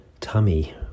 tummy